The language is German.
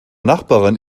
nachbarin